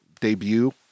debut